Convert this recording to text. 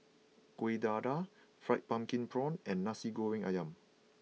Kueh Dadar Fried Pumpkin Prawns and Nasi Goreng Ayam